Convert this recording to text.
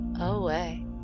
away